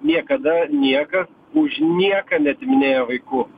niekada niekas už nieką neatiminėja vaikų